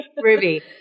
Ruby